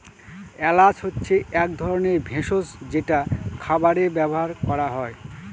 এলাচ হচ্ছে এক ধরনের ভেষজ যেটা খাবারে ব্যবহার করা হয়